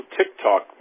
TikTok